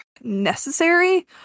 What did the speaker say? necessary